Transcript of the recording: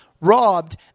robbed